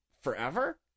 forever